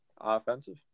Offensive